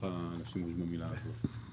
סליחה על השימוש במילה הזו,